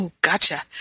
Gotcha